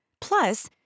Plus